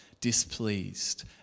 displeased